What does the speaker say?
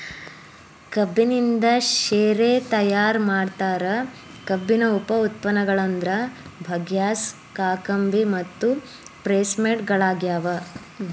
ಕಬ್ಬಿನಿಂದ ಶೇರೆ ತಯಾರ್ ಮಾಡ್ತಾರ, ಕಬ್ಬಿನ ಉಪ ಉತ್ಪನ್ನಗಳಂದ್ರ ಬಗ್ಯಾಸ್, ಕಾಕಂಬಿ ಮತ್ತು ಪ್ರೆಸ್ಮಡ್ ಗಳಗ್ಯಾವ